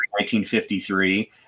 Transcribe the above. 1953